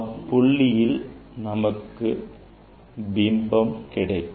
அப்புள்ளியில் நமக்கு பிம்பம் கிடைக்கும்